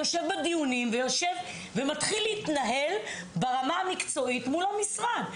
יושב בדיונים ומתחיל להתנהל ברמה המקצועית מול המשרד.